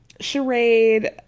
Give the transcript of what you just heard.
charade